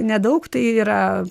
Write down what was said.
nedaug tai yra